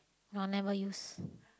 I'll never use